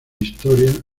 historia